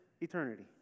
eternity